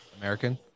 American